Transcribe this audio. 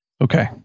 Okay